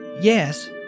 Yes